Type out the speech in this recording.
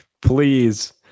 please